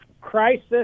crisis